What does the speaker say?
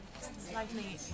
slightly